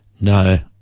No